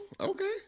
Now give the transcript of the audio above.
okay